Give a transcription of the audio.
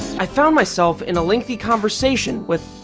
i found myself in a lengthy conversation with